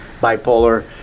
bipolar